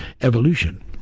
evolution